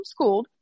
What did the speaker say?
homeschooled